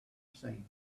seen